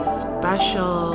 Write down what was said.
special